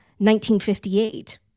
1958